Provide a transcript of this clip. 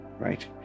Right